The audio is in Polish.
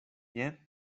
nie